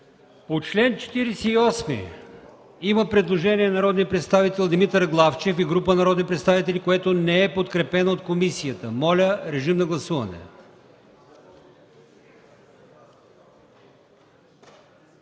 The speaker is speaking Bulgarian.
По чл. 48 има предложение от народния представител Димитър Главчев и група народни представители, което не е подкрепено от комисията. Моля, режим на гласуване.